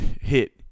hit